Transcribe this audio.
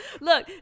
Look